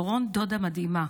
דורון דודה מדהימה